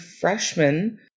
freshman